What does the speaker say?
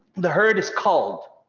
the hurt is called.